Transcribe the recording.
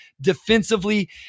defensively